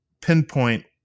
pinpoint